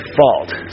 fault